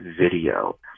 video